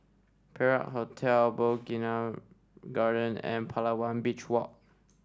Perak Hotel Bougainvillea Garden and Palawan Beach Walk